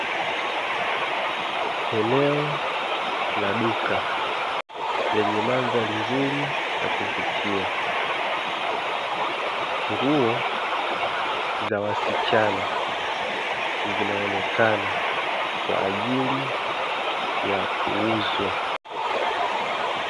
Eneo la duka lenye mandhari nzuri ya kuvutia, nguo za wasichana zinaonekana kwa ajili ya kuuzwa.